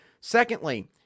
Secondly